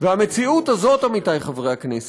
המציאות הזאת, עמיתי חברי הכנסת,